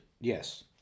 Yes